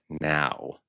now